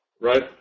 right